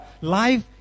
life